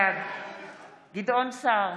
בעד גדעון סער,